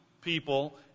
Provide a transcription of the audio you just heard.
people